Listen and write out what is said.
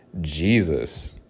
Jesus